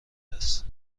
است